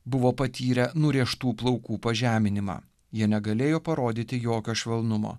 buvo patyrę nurėžtų plaukų pažeminimą jie negalėjo parodyti jokio švelnumo